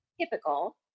typical